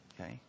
okay